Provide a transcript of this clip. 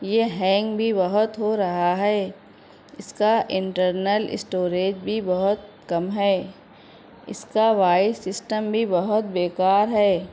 یہ ہینگ بھی بہت ہو رہا ہے اس کا انٹرنل اسٹوریج بھی بہت کم ہے اس کا وائس سسٹم بھی بہت بیکار ہے